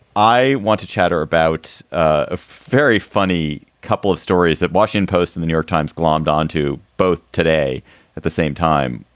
i want to chatter about a very funny couple of stories that washington post in the new york times glommed on to both today at the same time.